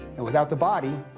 and without the body,